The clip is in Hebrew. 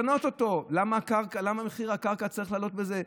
למה מחיר הקרקע צריך לעלות בזה,